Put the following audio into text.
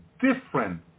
different